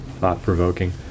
thought-provoking